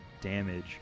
damage